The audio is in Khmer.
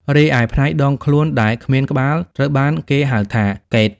រីឯផ្នែកដងខ្លួនដែលគ្មានក្បាល ត្រូវបានគេស្គាល់ថា កេតុ ។